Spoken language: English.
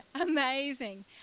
amazing